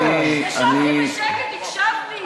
זה לא --- ישבתי בשקט, הקשבתי.